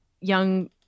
young